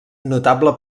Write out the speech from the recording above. notable